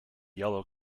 yellow